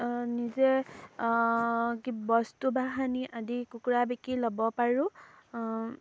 নিজে কি বস্তু বেহানি আদি কুকুৰা বিকি ল'ব পাৰোঁ